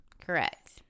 Correct